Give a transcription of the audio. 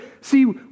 see